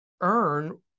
earn